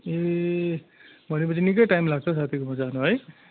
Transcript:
ए भनेपछि निकै टाइम लाग्छ साथीकोमा जानु है